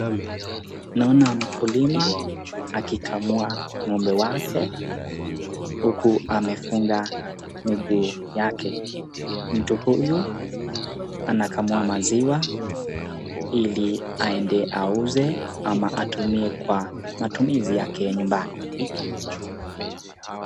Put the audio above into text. Naona mkulima akikamua ng'ombe wake, huku amefunga miguu yake. Mtu huyu anakamua maziwa ili aende auze ama atumie kwa matumizi yake ya nyumbani.